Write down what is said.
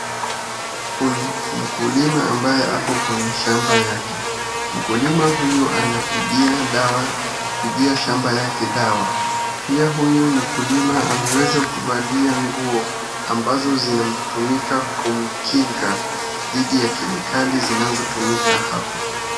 Kuna mkulima ambaye ako kwenye shamba yake. Mkulima huyu anapigia dawa, kupigia shamba yake dawa. Pia huyu mkulima ameweza kuvalia nguo ambazo zinatumika kumkinga dhidi ya kemikali zinazotumika hapo.